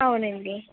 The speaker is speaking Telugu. అవునండి